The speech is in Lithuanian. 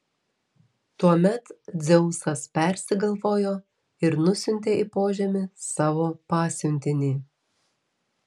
tuomet dzeusas persigalvojo ir nusiuntė į požemį savo pasiuntinį